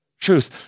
truth